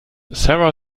sarah